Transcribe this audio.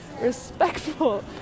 respectful